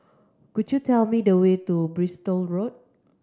could you tell me the way to Bristol Road